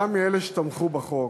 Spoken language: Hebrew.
גם מאלה שתמכו בחוק,